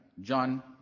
John